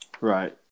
Right